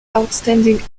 outstanding